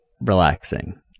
relaxing